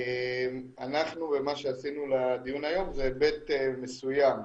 אנחנו ומה שעשינו לדיון היום זה היבט מסוים,